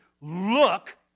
look